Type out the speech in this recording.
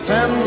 Ten